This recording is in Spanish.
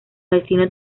destino